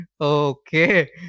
Okay